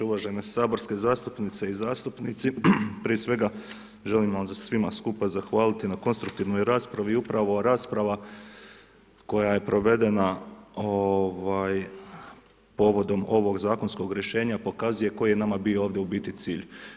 Uvažene saborske zastupnice i zastupnici, prije svega želim vam se svima skupa zahvaliti na konstruktivnoj raspravi i upravo rasprava koja je provedena povodom ovog zakonskog rješenja, pokazuje koji je nama bio ovdje u biti cilj.